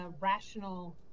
rational